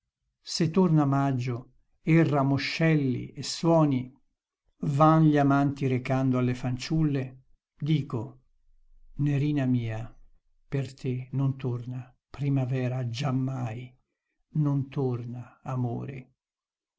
se torna maggio e ramoscelli e suoni van gli amanti recando alle fanciulle dico nerina mia per te non torna primavera giammai non torna amore